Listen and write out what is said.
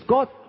God